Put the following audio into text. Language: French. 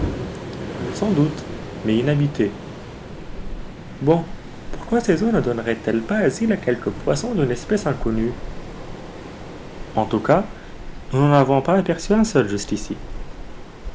sans doute mais inhabitées bon pourquoi ces eaux ne donneraient elles pas asile à quelques poissons d'une espèce inconnue en tout cas nous n'en avons pas aperçu un seul jusqu'ici